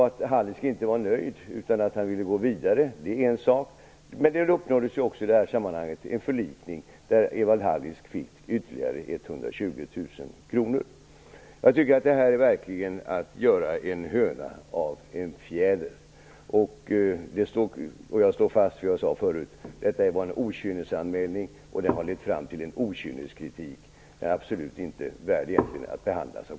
Att Hallisk inte var nöjd utan ville gå vidare är en annan sak; det uppnåddes i det sammanhanget en förlikning där Evald Hallisk fick ytterligare 120 000 kr. Detta är verkligen är att göra en höna av en fjäder. Jag står fast vid vad jag tidigare sade: Detta är en okynnesanmälan, och den har lett fram till en okynneskritik. Den är egentligen inte värd att behandlas av